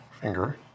finger